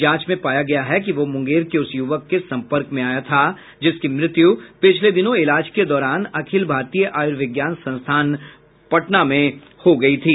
जांच में पाया गया है कि वह मुंगेर के उस युवक के संपर्क में आया था जिसकी मृत्यु पिछले दिनों इलाज के दौरान अखिल भारतीय आयुर्विज्ञान संस्थान पटना में हो गयी थी